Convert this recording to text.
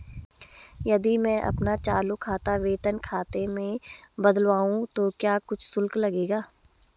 यदि मैं अपना चालू खाता वेतन खाते में बदलवाऊँ तो क्या कुछ शुल्क लगेगा?